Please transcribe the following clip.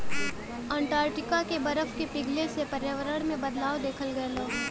Antarctica के बरफ के पिघले से पर्यावरण में बदलाव देखल गयल हौ